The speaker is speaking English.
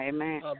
Amen